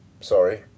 Sorry